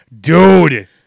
Dude